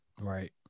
right